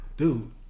Dude